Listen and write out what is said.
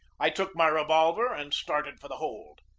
i took my revolver and started for the hold.